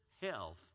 health